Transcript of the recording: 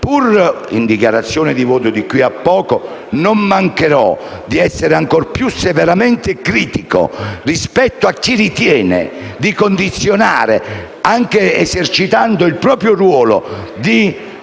di dichiarazione di voto, non mancherò di essere ancora più severamente critico rispetto a chi ritiene di condizionare, anche esercitando il proprio ruolo di responsabilità